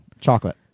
Chocolate